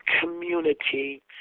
community